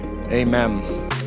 amen